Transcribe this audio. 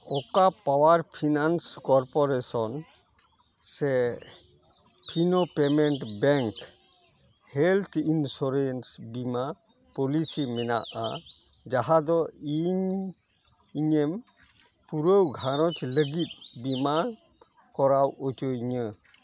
ᱚᱠᱟ Power Finance Corporation ᱥᱮ Fino Payments Bank health insurance ᱵᱤᱢᱟᱹ ᱯᱚᱞᱤᱥᱤ ᱢᱮᱱᱟᱜᱼᱟ ᱡᱟᱦᱟᱸ ᱫᱚ ᱤᱧ ᱤᱧᱟᱹᱜ ᱯᱩᱨᱟᱹ ᱜᱷᱟᱨᱚᱸᱡᱽ ᱞᱟᱹᱜᱤᱫ ᱵᱤᱢᱟᱹᱭ ᱠᱚᱨᱟᱣ ᱚᱪᱚᱭᱤᱧᱟᱹ